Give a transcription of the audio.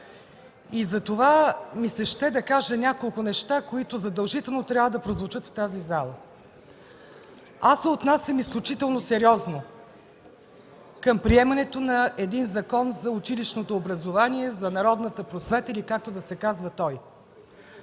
Затова ми се ще да кажа няколко неща, които задължително трябва да прозвучат в тази зала. Аз се отнасям изключително сериозно към приемането на един Закон за училищното образование, за народната просвета или както и да се казва той.